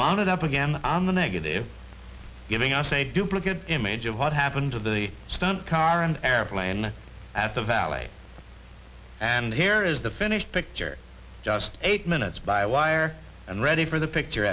wanted up again on the negative giving us a duplicate image of what happened to the stunt car and airplane at the valet and here is the finish picture just eight minutes by wire and ready for the picture